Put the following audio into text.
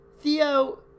Theo